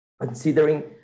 considering